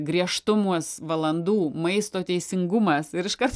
griežtumas valandų maisto teisingumas ir iškart